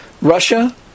Russia